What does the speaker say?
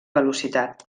velocitat